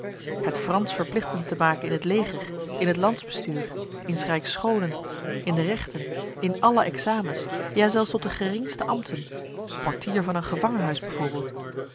het frans verplichtend te maken in het leger in het landsbestuur in s rijks scholen in de rechten in alle examens ja zelfs tot de geringste ambten portier van een gevangenhuis bijvoorbeeld